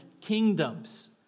kingdoms